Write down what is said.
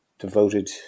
devoted